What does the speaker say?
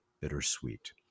bittersweet